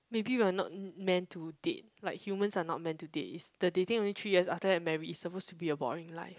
maybe we are not meant to date like humans are not meant to date it's the dating only three years after that marry it's supposed to be a boring life